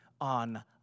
on